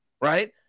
right